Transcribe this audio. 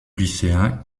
lycéen